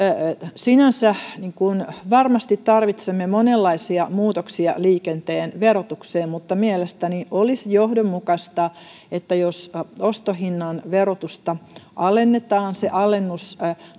sinänsä varmasti tarvitsemme monenlaisia muutoksia liikenteen verotukseen mutta mielestäni olisi johdonmukaista että jos ostohinnan verotusta alennetaan se alennus